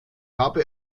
habe